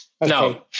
No